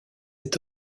est